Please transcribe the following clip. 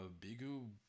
Bigu